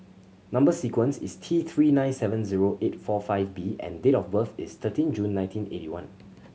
number sequence is T Three nine seven zero eight four five B and date of birth is thirteen June nineteen eighty one